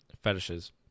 fetishes